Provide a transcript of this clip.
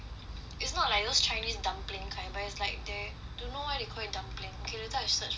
it's not like those chinese dumpling kind but it's like they don't know why they call it dumpling K later I search for you